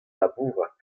labourat